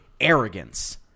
arrogance